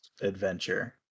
Adventure